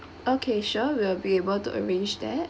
okay sure we'll be able to arrange that